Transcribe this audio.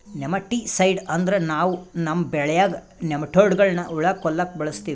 nematicide ಅಂದ್ರ ನಾವ್ ನಮ್ಮ್ ಬೆಳ್ಯಾಗ್ ನೆಮಟೋಡ್ಗಳ್ನ್ ಹುಳಾ ಕೊಲ್ಲಾಕ್ ಬಳಸ್ತೀವಿ